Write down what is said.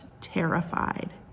terrified